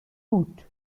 and